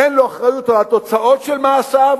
אין לו אחריות לתוצאות של מעשיו,